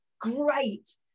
Great